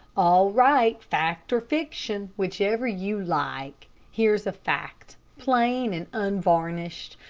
all right, fact or fiction, whichever you like. here's a fact, plain and unvarnished.